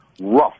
Rough